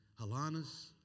Halanas